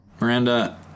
Miranda